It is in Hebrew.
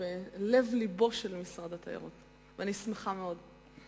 בלב לבו של משרד התיירות, ואני שמחה מאוד.